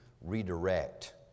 redirect